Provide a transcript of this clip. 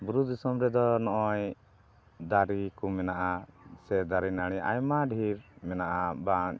ᱵᱩᱨᱩ ᱫᱤᱥᱚᱢ ᱨᱮᱫᱚ ᱱᱚᱜ ᱚᱭ ᱫᱟᱨᱮ ᱠᱚ ᱢᱮᱱᱟᱜᱼᱟ ᱥᱮ ᱫᱟᱨᱮ ᱱᱟᱲᱤ ᱟᱭᱢᱟ ᱰᱷᱮᱨ ᱢᱮᱱᱟᱜᱼᱟ ᱵᱟᱝ